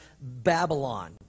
Babylon